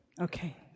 Okay